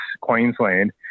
Queensland